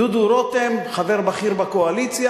דודו רותם, חבר בכיר בקואליציה,